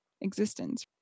existence